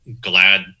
glad